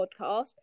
podcast